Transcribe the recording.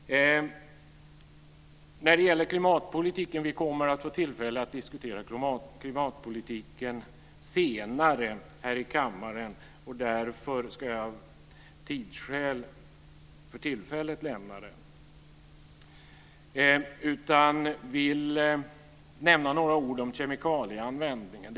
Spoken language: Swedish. Klimatpolitiken kommer vi att få tillfälle att diskutera senare här i kammaren. Därför ska jag av tidsskäl för tillfället lämna den. Jag vill ändå nämna några ord om kemikalieanvändningen.